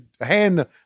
hand